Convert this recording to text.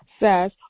says